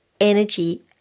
energy